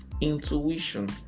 Intuition